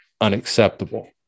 unacceptable